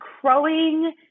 crowing